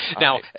Now